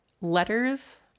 letters